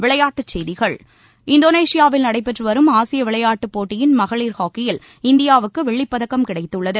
விளையாட்டுச் செய்திகள் இந்தோனேஷியாவில் நடைபெற்று வரும் ஆசிய விளையாட்டுப் போட்டியின் மகளிர் ஹாக்கியில் இந்தியாவுக்கு வெள்ளிப் பதக்கம் கிடைத்துள்ளது